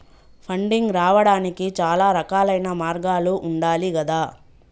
funding రావడానికి చాలా రకాలైన మార్గాలు ఉండాలి గదా